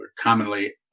commonly